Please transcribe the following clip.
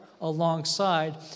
alongside